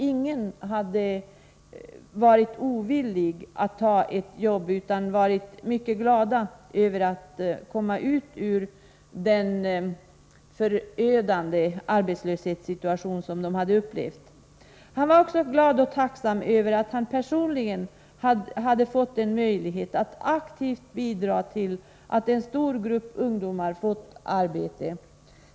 Ingen hade varit ovillig att ta ett jobb, utan alla var mycket glada över att komma ut ur den förödande arbetslöshetssituation som de hade upplevt. Den här arbetsförmedlaren var också glad och tacksam över att han personligen hade givits möjlighet att aktivt bidra till att en stor grupp ungdomar fått arbete.